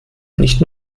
nicht